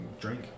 drink